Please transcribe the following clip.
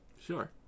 Sure